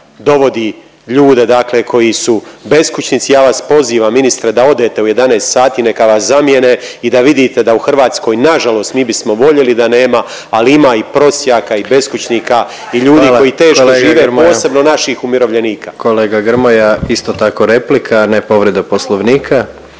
Hvala kolega Grmoja./…